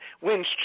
wins